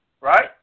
right